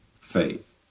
faith